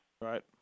Right